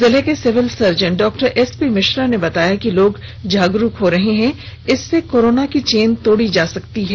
जिले के civil surgeon डॉ एस पी मिश्र ने कहा कि लोग जागरूक हो रहे हैं इससे कोरोना की चेन तोड़ी जा सकती है